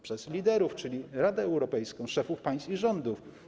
Przez liderów, czyli Radę Europejską, szefów państw i rządów.